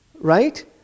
right